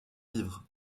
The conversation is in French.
vivre